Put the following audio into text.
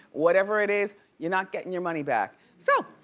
whatever it is, you're not gettin' your money back. so